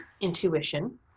intuition